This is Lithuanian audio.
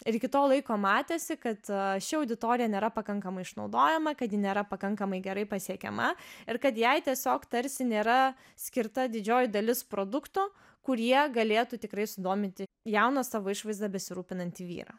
ir iki to laiko matėsi kad ši auditorija nėra pakankamai išnaudojama kad ji nėra pakankamai gerai pasiekiama ir kad jai tiesiog tarsi nėra skirta didžioji dalis produktų kurie galėtų tikrai sudominti jauną savo išvaizda besirūpinantį vyrą